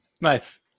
Nice